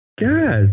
guys